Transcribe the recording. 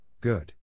good